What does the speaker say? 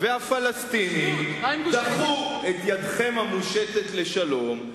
והפלסטינים דחו את ידכם המושטת לשלום,